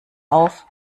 auf